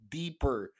deeper